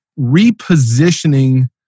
repositioning